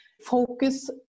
focus